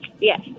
Yes